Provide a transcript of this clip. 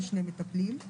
לשני מטפלים,